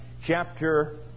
chapter